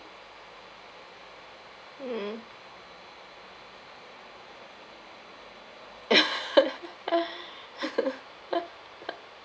mm